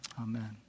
Amen